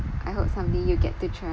I hope some day you get to